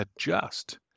adjust